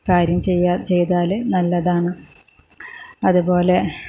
കാര്യം ചെയ്യാ ചെയ്താല് നല്ലതാണ് അതേപോലെ